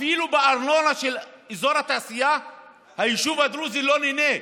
אפילו מהארנונה של אזור התעשייה היישוב הדרוזי לא נהנה.